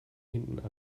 hinten